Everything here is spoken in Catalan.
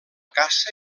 caça